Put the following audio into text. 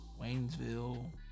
Waynesville